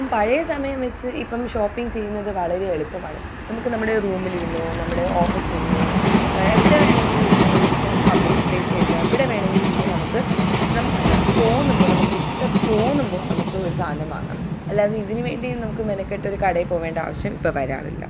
പഴയ സമയം വെച്ച് ഇപ്പം ഷോപ്പിങ്ങ് ചെയ്യുന്നത് വളരെ എളുപ്പമാണ് നമുക്ക് നമ്മുടെ റൂമിൽ ഇരുന്നോ നമ്മുടെ ഓഫീസിൽ ഇരുന്നോ എവിടെ വെണമെങ്കിലും ഇരുന്ന് നമുക്ക് പബ്ലിക് പ്ലേസിൽ ഇരുന്നോ എവിടെ വേണമെങ്കിലും ഇരുന്ന് നമുക്ക് നമുക്ക് തോന്നുമ്പോൾ നമുക്ക് ഇഷ്ടം തോന്നുമ്പോൾ നമുക്ക് ഒരു സാധനം വാങ്ങാം അല്ലാതെ ഇതിന് വേണ്ടി നമുക്ക് മെനക്കെട്ട് ഒരു കടയിൽ പോവേണ്ട ആവശ്യം ഇപ്പം വരാറില്ല